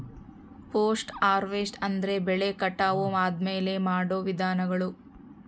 post harvest ಅಂದ್ರೆ ಬೆಳೆ ಕಟಾವು ಆದ್ಮೇಲೆ ಮಾಡೋ ವಿಧಾನಗಳು